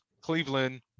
Cleveland